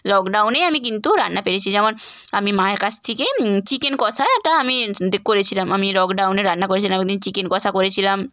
লকডাউনেই আমি কিন্তু রান্না পেরেছি যেমন আমি মায়ের কাছ থেকে চিকেন কষাটা আমি দে করেছিলাম আমি লকডাউনে রান্না করেছিলাম এক দিন চিকেন কষা করেছিলাম